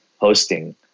hosting